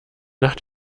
nach